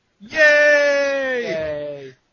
Yay